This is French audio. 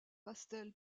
pastel